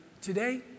today